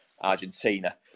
Argentina